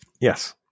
Yes